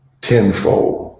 tenfold